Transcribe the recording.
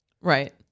Right